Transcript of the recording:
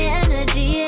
energy